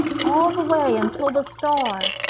all the way, until the star,